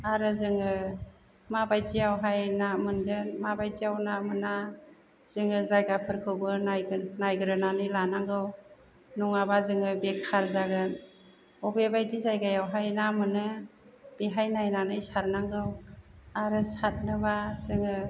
आरो जोङो माबायदियावहाय ना मोनगोन मा बायदियाव ना मोना जोङो जायगाफोरखौबो नायगोन नायग्रोनानै लानांगौ नङाबा जोङो बेखार जागोन अबे बायदि जायगायावहाय ना मोनो बेहाय नायनानै सारनांगौ आरो सारनोबा जोङो